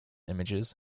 images